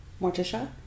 Morticia